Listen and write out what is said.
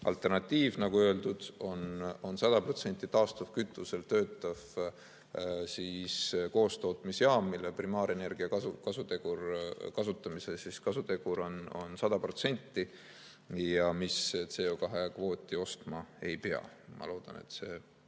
Alternatiiv, nagu öeldud, on 100% taastuvkütusega töötav koostootmisjaam, mille primaarenergia kasutamise kasutegur on 100% ja mis CO2kvooti ostma ei pea. Ma loodan, et see